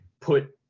put